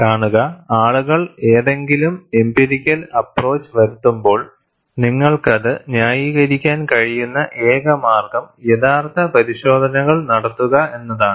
കാണുക ആളുകൾ ഏതെങ്കിലും എംപിരിക്കൽ അപ്പ്റോച്ച് വരുത്തുമ്പോൾ നിങ്ങൾക്കത് ന്യായീകരിക്കാൻ കഴിയുന്ന ഏക മാർഗ്ഗം യഥാർത്ഥ പരിശോധനകൾ നടത്തുക എന്നതാണ്